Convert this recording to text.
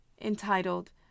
entitled